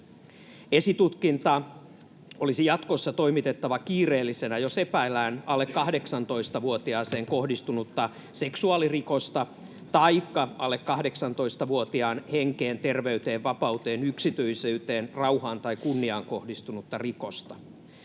Esitutkinta olisi jatkossa toimitettava kiireellisenä, jos epäillään alle 18-vuotiaaseen kohdistunutta seksuaalirikosta taikka alle 18-vuotiaan henkeen, terveyteen, vapauteen, yksityisyyteen, rauhaan tai kunniaan kohdistunutta rikosta.